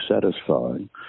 satisfying